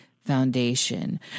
foundation